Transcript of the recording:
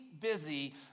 busy